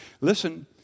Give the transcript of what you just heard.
listen